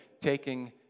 taking